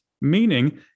Meaning